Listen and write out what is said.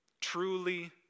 truly